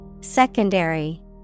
Secondary